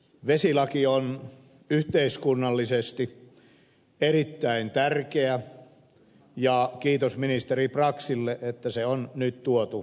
vesilaki on yhteiskunnallisesti erittäin tärkeä ja kiitos ministeri braxille että se on nyt tuotu eduskuntaan